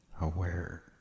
aware